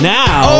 now